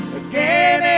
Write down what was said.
again